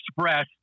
express